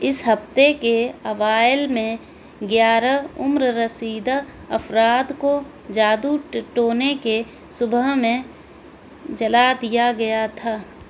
اس ہفتے کے اوائل میں گیارہ عمر رسیدہ افراد کو جادو ٹونے کے شبہ میں جلا دیا گیا تھا